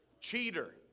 cheater